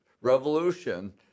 revolution